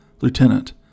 Lieutenant